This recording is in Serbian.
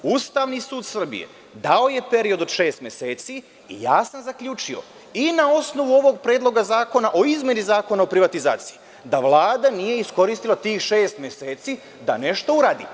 Ustavni sud Srbije dao je period od šest meseci i ja sam zaključio i na osnovu ovog predloga zakona o izmeni Zakona o privatizaciji da Vlada nije iskoristila tih šest meseci da nešto uradi.